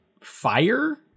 fire